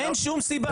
אין שום סיבה.